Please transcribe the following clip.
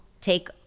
take